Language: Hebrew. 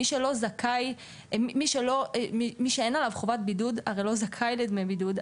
מי שאין עליו חובת בידוד הרי לא זכאי לדמי בידוד,